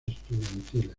estudiantiles